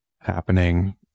happening